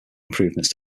improvements